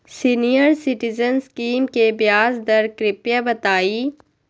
senior citizen scheme के ब्याज दर कृपया बताईं